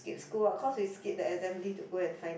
skip school ah cause we skip the assembly to go and find